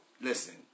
listen